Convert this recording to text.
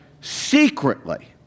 secretly